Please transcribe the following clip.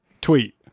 Tweet